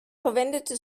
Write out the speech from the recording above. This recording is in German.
verwendete